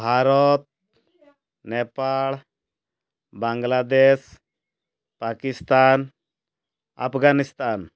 Bharat Nepal Bangladesh Pakistan Afghanistan